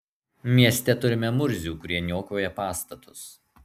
mieste turime murzių kurie niokoja pastatus